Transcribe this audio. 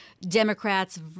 Democrats